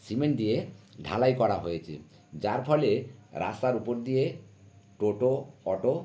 cement দিয়ে ঢালাই করা হয়েছে যার ফলে রাস্তার উপর দিয়ে টোটো অটো